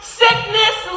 sickness